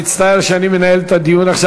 אני מצטער שאני מנהל את הדיון עכשיו,